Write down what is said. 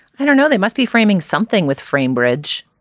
i don't know, they must be framing something with frame bridge,